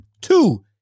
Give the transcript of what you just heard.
Two